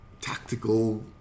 tactical